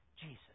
Jesus